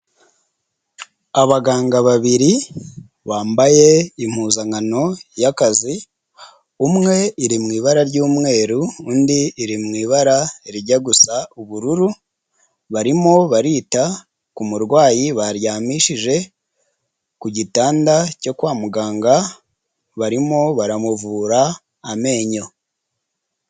Abaganga babiri bambaye impuzankano y'akazi umwe iri mu ibara ry'umweru undi iri mu ibara rijya gusa ubururu barimo barita ku murwayi baryamishije ku gitanda cyo kwa muganga, barimo baramuvura amenyo.